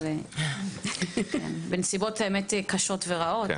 אבל בנסיבות באמת קשות ורעות,